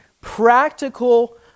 practical